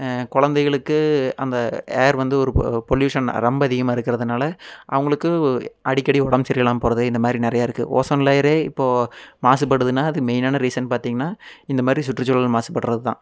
குழந்தைகளுக்கு அந்த ஏர் வந்து ஒரு ஒரு பொல்யூஷன் ரொம்ப அதிகமாக இருக்கிறதுனால அவங்களுக்கு அடிக்கடி உடம்பு சரி இல்லாமல் போகிறது இந்த மாதிரி நிறையா இருக்குது ஓசோன் லேயரே இப்போது மாசுபடுதுன்னால் அது மெயினான ரீசன் பார்த்தீங்கன்னா இந்த மாதிரி சுற்றுச்சூழல் மாசுபடுறதுதான்